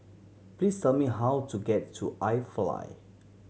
please tell me how to get to iFly